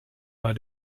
war